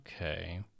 okay